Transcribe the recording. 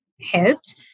helps